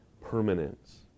permanence